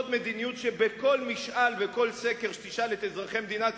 זאת מדיניות שבכל משאל ובכל סקר שתשאל את אזרחי מדינת